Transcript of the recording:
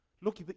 Look